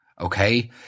okay